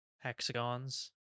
hexagons